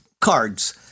cards